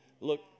Look